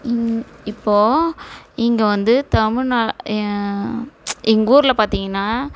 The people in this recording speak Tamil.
இப்போ இங்கே வந்து தமிழ்நா எங்கூரில் பார்த்திங்கன்னா